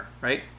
right